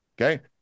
Okay